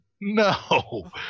No